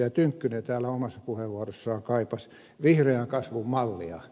tynkkynen täällä omassa puheenvuorossaan kaipasi vihreän kasvun mallia